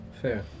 Fair